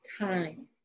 time